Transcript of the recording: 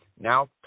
now